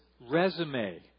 resume